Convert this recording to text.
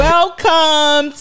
Welcome